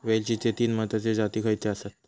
वेलचीचे तीन महत्वाचे जाती खयचे आसत?